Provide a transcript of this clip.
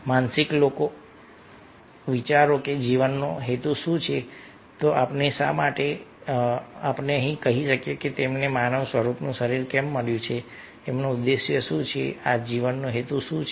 માનસિક લોકો વિચારો કે જીવનનો હેતુ શું છે આપણે અહીં શા માટે છીએ તમને આ માનવ સ્વરૂપનું શરીર કેમ મળ્યું છે ઉદ્દેશ્ય શું છે આ જીવનનો હેતુ શું છે